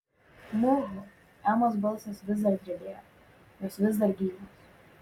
muhu emos balsas vis dar drebėjo jos vis dar gyvos